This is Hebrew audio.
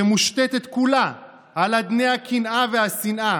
שמושתתת כולה על אדני הקנאה והשנאה